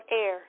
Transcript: air